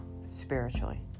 spiritually